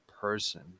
person